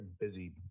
busy